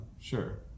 sure